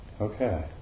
Okay